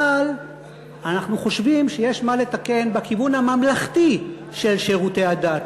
אבל אנחנו חושבים שיש מה לתקן בכיוון הממלכתי של שירותי הדת,